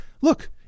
Look